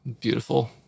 beautiful